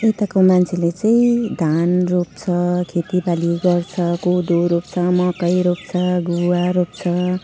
यताको मान्छेले चाहिँ धान रोप्छ खेती बाली गर्छ कोदो रोप्छ मकै रोप्छ गुवा रोप्छ